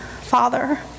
father